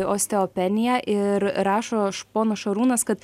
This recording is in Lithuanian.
osteopeniją ir rašo š ponas šarūnas kad